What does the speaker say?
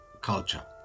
culture